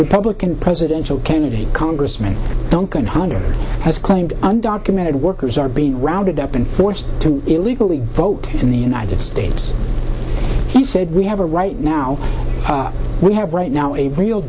republican presidential candidate congressman duncan hunter has claimed undocumented workers are being rounded up and forced to illegally vote in the united states he said we have a right now we have right now a real